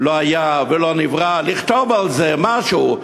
לא היה ולא נברא, לכתוב על זה משהו.